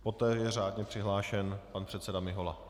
Poté je řádně přihlášen pan předseda Mihola.